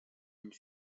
une